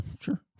sure